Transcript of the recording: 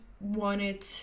wanted